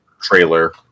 trailer